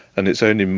and it's only,